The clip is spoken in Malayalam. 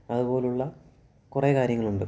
അതുപോലുള്ള കുറെ കാര്യങ്ങളുണ്ട്